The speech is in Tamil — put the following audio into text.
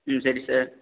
ம் சரி சார்